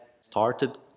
started